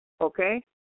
Okay